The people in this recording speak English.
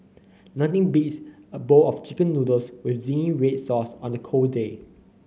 nothing beats a bowl of chicken noodles with zingy red sauce on a cold day